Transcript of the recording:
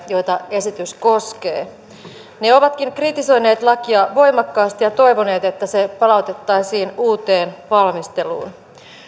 joita esitys koskee edustavia järjestöjä ne ovatkin kritisoineet lakia voimakkaasti ja toivoneet että se palautettaisiin uuteen valmisteluun